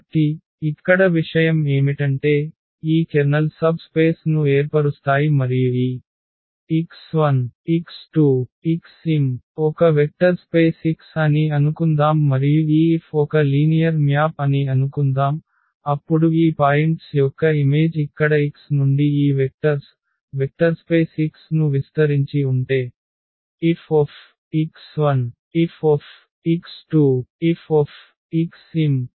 కాబట్టి ఇక్కడ విషయం ఏమిటంటే ఈ కెర్నల్ సబ్ స్పేస్ ను ఏర్పరుస్తాయి మరియు ఈ x1x2xmఒక వెక్టర్స్పేస్ X అని అనుకుందాం మరియు ఈ F ఒక లీనియర్ మ్యాప్ అని అనుకుందాం అప్పుడు ఈ పాయింట్స్ యొక్క ఇమేజ్ ఇక్కడ x నుండి ఈ వెక్టర్s వెక్టర్స్పేస్ X ను విస్తరించి ఉంటే Fx1Fx2F కూడా విస్తరించి ఉంటుంది